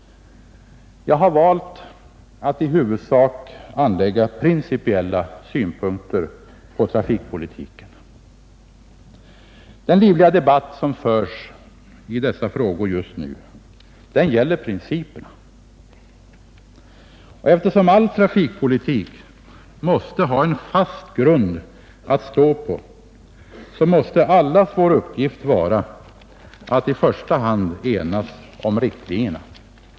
Jag har valt att i huvudsak anlägga principiella synpunkter på trafikpolitiken. Den livliga debatt som förs i dessa frågor just nu gäller ju principerna, och eftersom all trafikpolitik måste ha en fast grund att stå på måste allas vår uppgift vara att i första hand enas om riktlinjerna.